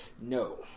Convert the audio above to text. No